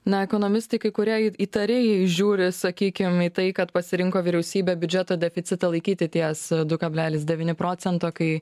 na ekonomistai kai kurie įtariai žiūri sakykim į tai kad pasirinko vyriausybė biudžeto deficitą laikyti ties du kablelis devyni procento kai